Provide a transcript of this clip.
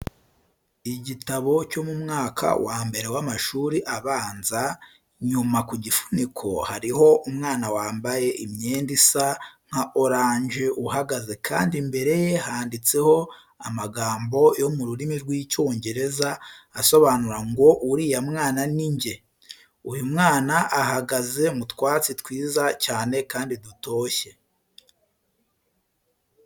Igitabo cyo mu mwaka wa mbere w'amashuri abanza, inyuma ku gifuniko hariho umwana wambaye imyenda isa nka oranje uhagaze kandi imbere ye handitseho amagambo yo mu rurimi rw'Icyongereza asobanura ngo uriya mwana ni nge. Uyu mwana ahagaze mu twatsi twiza cyane kandi dutoshye.